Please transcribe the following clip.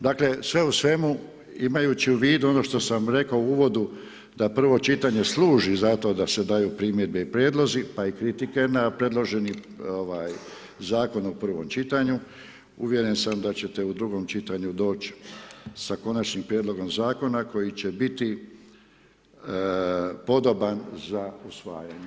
Dakle, sve u svemu imajući u vidu ono što sam rekao u uvodu, da prvo čitanje služi za to da se daju primjedbe, prijedlozi i kritike na predloženi Zakon u prvom čitanju, uvjeren sam da ćete u drugom čitanju doći sa Konačnim prijedlogom Zakona koji će biti podoban za usvajanje.